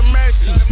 mercy